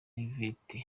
yvette